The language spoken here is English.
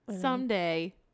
someday